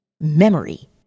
Memory